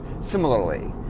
similarly